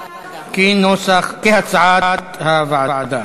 כהצעת הוועדה.